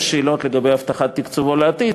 יש שאלות לגבי הבטחת תקצובו בעתיד,